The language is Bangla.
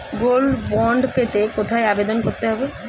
গোল্ড বন্ড পেতে কোথায় আবেদন করতে হবে?